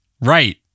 Right